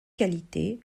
qualité